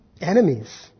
enemies